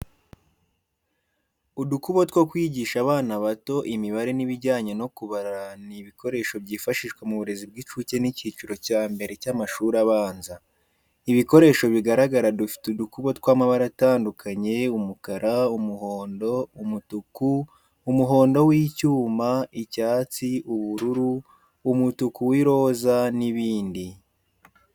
Udukubo two kwigisha abana bato imibare n'ibijyanye no kubara ni ibikoresho byifashishwa mu burezi bw’incuke n’icyiciro cya mbere cy’amashuri abanza. Ibikoresho bigaragara dufite udukubo tw’amabara atandukanye umukara, umuhondo, umutuku, umuhondo w’icyuma, icyatsi, ubururu, umutuku w’iroza, n'ibindi.